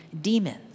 demons